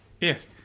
Yes